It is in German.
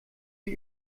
die